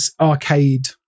arcade